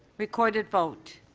recorded vote.